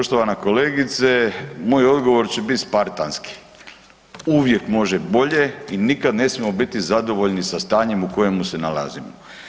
Poštovana kolegice, moj odgovor će bit spartanski, uvijek može bolje i nikad ne smijemo biti zadovoljni sa stanjem u kojemu se nalazimo.